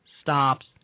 stops